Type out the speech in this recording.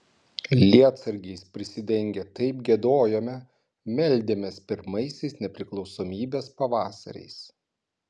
lietsargiais prisidengę taip giedojome meldėmės pirmaisiais nepriklausomybės pavasariais